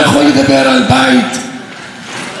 איתם אני צריך לדבר על פרנסה,